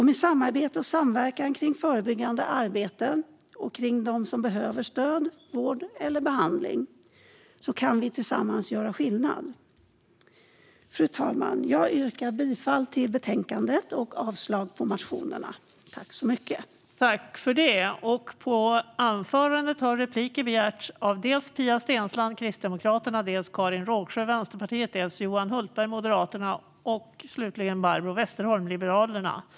Med samarbete och samverkan kring förebyggande arbete och kring dem som behöver stöd, vård eller behandling kan vi tillsammans göra skillnad. Fru talman! Jag yrkar bifall till utskottets förslag i betänkandet och avslag på motionerna.